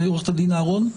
ועורכת הדין אהרון.